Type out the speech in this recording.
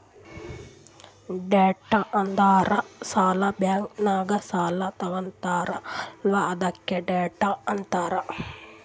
debt ಅಂದುರ್ ಸಾಲ, bank ನಾಗ್ ಸಾಲಾ ತಗೊತ್ತಾರ್ ಅಲ್ಲಾ ಅದ್ಕೆ ಡೆಟ್ ಅಂತಾರ್